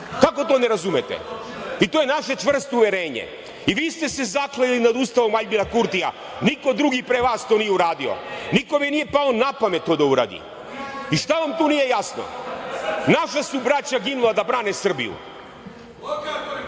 Kako to ne razumete? To je naše čvrsto uverenje. I vi ste se zakleli nad ustavom Aljbina Kurtija, niko drugi pre vas to nije uradio. Nikome nije palo na pamet to da uradi. Šta vam tu nije jasno? Naša su braća ginula da brane Srbiju.